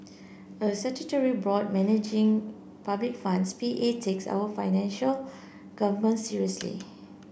a statutory board managing public funds P A takes our financial government's seriously